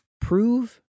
prove